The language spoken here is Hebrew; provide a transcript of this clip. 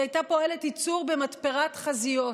היא הייתה פועלת ייצור במתפרת חזיות